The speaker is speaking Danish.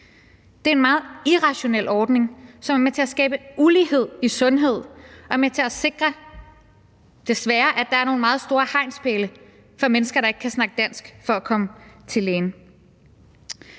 Det er en meget irrationel ordning, som er med til at skabe ulighed i sundhed og er med til at sikre, desværre, at der er nogle meget store hegnspæle for mennesker, der ikke kan snakke dansk, i forhold til at komme til lægen.